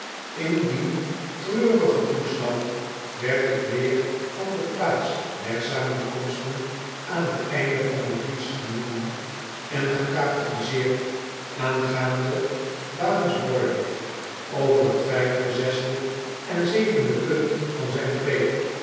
in dien treurigen toestand werd ik weer van do plaats der samenkomsten aan t einde van den dienst genomen en gecatechiseerd aangaande boanergos boiler over t vijfde zesde en zevende punt van zijn preek